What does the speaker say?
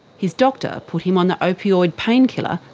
his doctor put him on the opioid painkiller,